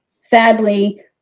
Sadly